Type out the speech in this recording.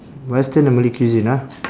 but it's still a malay cuisine ah